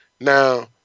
Now